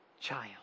child